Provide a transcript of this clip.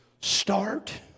Start